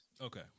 Okay